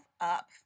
up